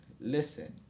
listen